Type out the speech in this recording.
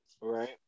right